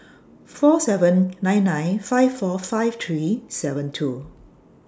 four seven nine nine five four five three seven two